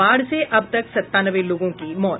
बाढ़ से अब तक संतानवे लोगों की मौत